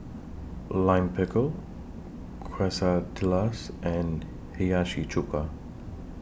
Lime Pickle Quesadillas and Hiyashi Chuka